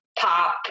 pop